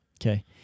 Okay